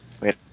Wait